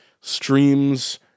streams